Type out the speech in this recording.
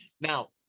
Now